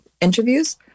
interviews